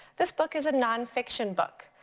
this book is a non-fiction book.